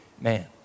man